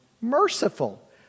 merciful